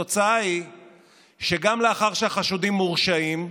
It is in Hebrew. התוצאה היא שגם לאחר שהחשודים מורשעים,